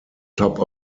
top